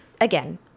Again